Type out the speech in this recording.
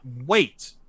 wait